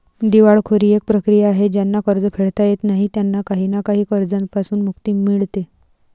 दिवाळखोरी एक प्रक्रिया आहे ज्यांना कर्ज फेडता येत नाही त्यांना काही ना काही कर्जांपासून मुक्ती मिडते